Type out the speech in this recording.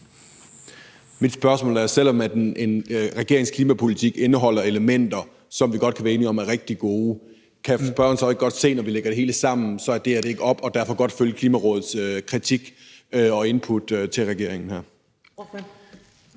Mit spørgsmål er: Selv om regeringens klimapolitik indeholder elementer, som vi godt kan være enige om er rigtig gode, kan spørgeren så ikke godt se, når vi lægger det hele sammen, at det her ikke går op, og kan han derfor ikke også godt følge Klimarådets kritik og input til regeringen her?